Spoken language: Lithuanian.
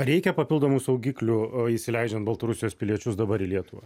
reikia papildomų saugiklių a įsileidžiant baltarusijos piliečius dabar į lietuvą